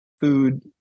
food